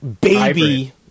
baby